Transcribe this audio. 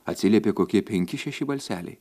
atsiliepė kokie penki šeši balseliai